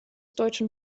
deutschen